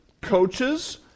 coaches